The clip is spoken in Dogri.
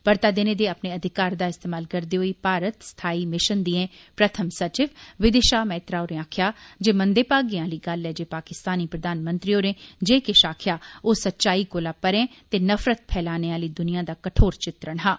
परता देने दे अपने अधिकार दा इस्तेमाल करदे होई भारत स्थायी मिशन दिएं प्रथम सचिव विदिषा मैत्रा होरें आक्खेआ जे मंदे भागें आहली गल्ल ऐ जे पाकिस्तानी प्रधानमंत्री होरें जे किश आक्खेआ ओ सच्चाई कोला परे ते नफ़रत फैलाने आली दुनिया दा कठोर चित्रण हा